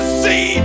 see